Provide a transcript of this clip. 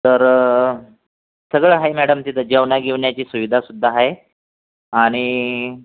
तर सगळं आहे मॅडम तिथं जेवना गिवन्याची सुविधासुद्धा आहे आणि